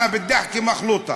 אנא בדי אחכי מח'לוטה.